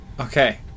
Okay